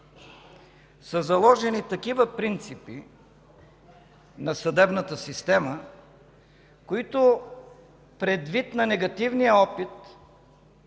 са заложени такива принципи на съдебната система, които предвид негативния опит